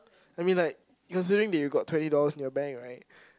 I mean like you were saying that you got twenty dollars in your bank right